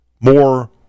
more